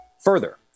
further